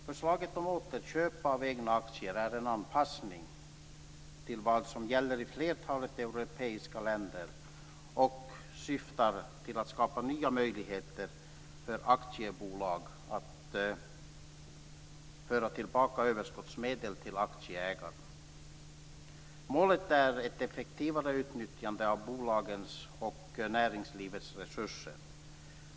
Förslaget om återköp av egna aktier är en anpassning till vad som gäller i flertalet europeiska länder och syftar till att skapa nya möjligheter för aktiebolag att föra tillbaka överskottsmedel till aktieägarna. Målet är ett effektivare utnyttjande av bolagens och näringslivets resurser.